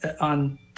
on